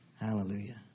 Hallelujah